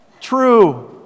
True